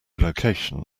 location